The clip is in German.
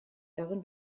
darin